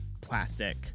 plastic